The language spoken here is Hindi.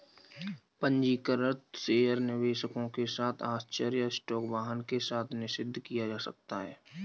पंजीकृत शेयर निवेशकों के साथ आश्चर्य स्टॉक वाहन के साथ निषिद्ध किया जा सकता है